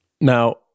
Now